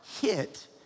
hit